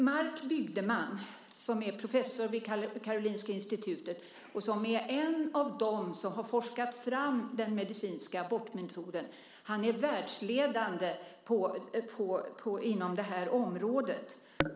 Marc Bygdeman, som är professor vid Karolinska Institutet och en av dem som har forskat fram den medicinska abortmetoden, är världsledande inom det här området.